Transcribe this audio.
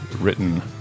written